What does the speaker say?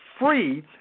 free